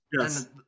Yes